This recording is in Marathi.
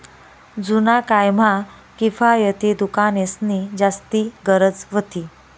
जुना काय म्हा किफायती दुकानेंसनी जास्ती गरज व्हती